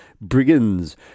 brigands